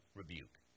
rebuke